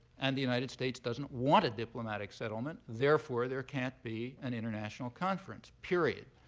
and the united states doesn't want a diplomatic settlement. therefore, there can't be an international conference. period.